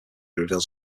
reveals